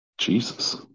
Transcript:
Jesus